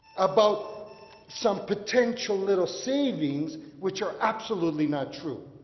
about some potential little savings which are absolutely not true.